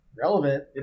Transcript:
relevant